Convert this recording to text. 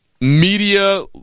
Media